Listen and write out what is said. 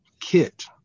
kit